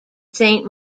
saint